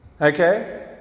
okay